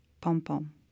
pom-pom